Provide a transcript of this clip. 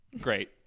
Great